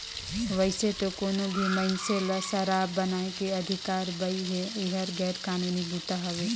वइसे तो कोनो भी मइनसे ल सराब बनाए के अधिकार बइ हे, एहर गैर कानूनी बूता हवे